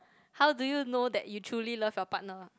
how do know that you truly love your partner